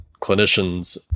clinicians